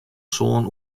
sân